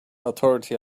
authority